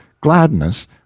gladness